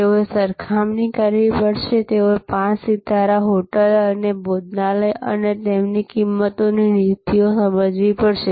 તેઓએ સરખામણી કરવી પડશે તેઓએ પાંચ સિતારા હોટલ અને ભોજનાલય અને તેમની કિંમતોની નીતિઓ સમજવી પડશે